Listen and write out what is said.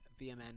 VMN